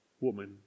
woman